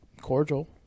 cordial